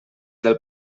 del